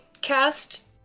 cast